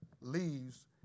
leaves